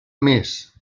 més